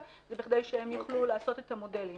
היא בכדי שהם יוכלו לעשות את המודלים,